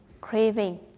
craving